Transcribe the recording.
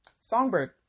songbird